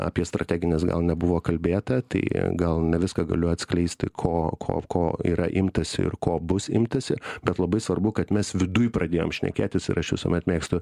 apie strategines gal nebuvo kalbėta tai gal ne viską galiu atskleisti ko ko ko yra imtasi ir ko bus imtasi bet labai svarbu kad mes viduj pradėjom šnekėtis ir aš visuomet mėgstu